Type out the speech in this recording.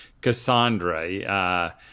Cassandra